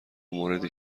موردی